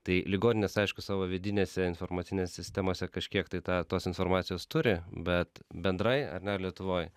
tai ligoninės aišku savo vidinėse informacinėse sistemose kažkiek tai tą tos informacijos turi bet bendrai ar ne lietuvoj